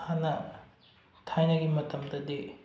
ꯍꯥꯟꯅ ꯊꯥꯏꯅꯒꯤ ꯃꯇꯝꯗꯗꯤ